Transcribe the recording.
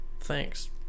Thanks